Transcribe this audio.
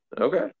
Okay